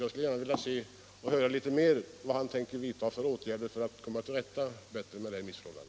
Jag skulle gärna vilja höra litet mer om vilka åtgärder justitieministern tänker vidta för att bättre komma till rätta med dessa missförhållanden.